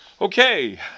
Okay